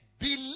Believe